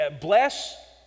bless